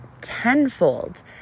tenfold